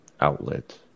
outlet